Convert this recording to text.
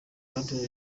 bradley